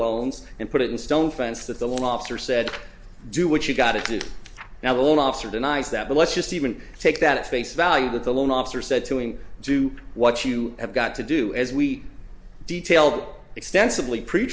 loans and put it in stone fence that the law officer said do what you gotta do now the officer denies that but let's just even take that at face value that the loan officer said to him do what you have got to do as we detailed extensively pre